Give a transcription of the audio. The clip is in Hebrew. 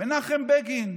מנחם בגין,